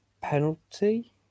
penalty